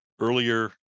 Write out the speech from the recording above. Earlier